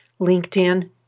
LinkedIn